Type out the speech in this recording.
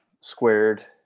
squared